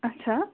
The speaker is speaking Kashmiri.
اَچھا